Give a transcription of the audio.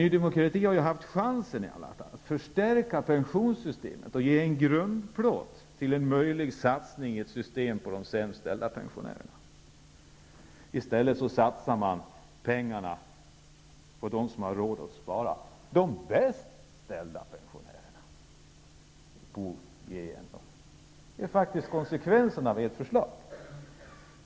Ny demokrati har ju nu haft chansen att förstärka pensionssystemet och ge en grundplåt till en möjlig satsning i ett system för de pensionärer som har det sämst ställt. I stället satsar man pengarna på dem som har råd att spara, på de pensionärer som har det bäst ställt. Det är faktiskt konsekvensen av ert förslag, Bo G. Jenevall.